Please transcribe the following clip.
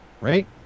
right